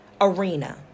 arena